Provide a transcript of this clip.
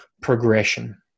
progression